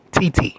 TT